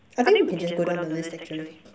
I think we can just go down the list actually